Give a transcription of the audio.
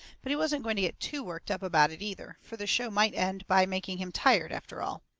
but he wasn't going to get too worked up about it, either, fur the show might end by making him tired, after all.